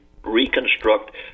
reconstruct